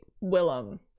Willem